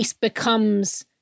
becomes